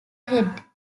head